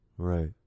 right